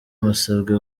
musabwe